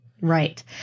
right